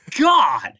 god